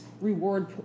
reward